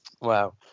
wow